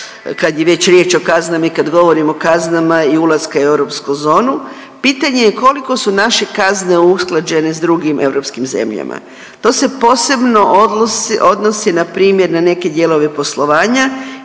kad je već riječ o kaznama i kad govorim o kaznama i ulaska u europsku zonu. Pitanje je koliko su naše kazne usklađene s drugim europskim zemljama. To se posebno odnosi npr. na neke dijelove poslovanje